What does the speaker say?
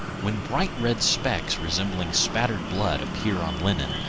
when bright red specks resembling spattered blood appear on linen,